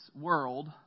world